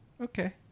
okay